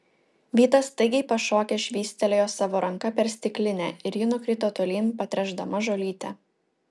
vytas staigiai pašokęs švystelėjo savo ranka per stiklinę ir ji nukrito tolyn patręšdama žolytę